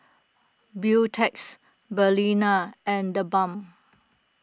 Beautex Balina and theBalm